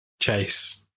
chase